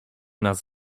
nas